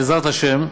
בעזרת השם,